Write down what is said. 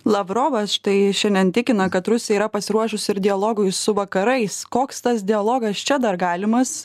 lavrovas štai šiandien tikina kad rusija yra pasiruošusi ir dialogui su vakarais koks tas dialogas čia dar galimas